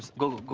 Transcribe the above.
go